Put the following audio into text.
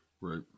right